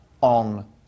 on